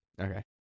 Okay